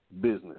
business